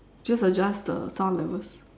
just adjust the sound levels